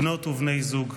בנות ובני זוג.